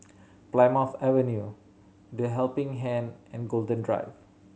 Plymouth Avenue The Helping Hand and Golden Drive